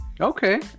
okay